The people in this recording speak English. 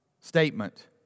statement